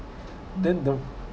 then the